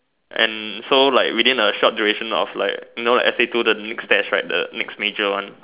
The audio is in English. and so like within a short duration of like you know S_A two the next test right the next major one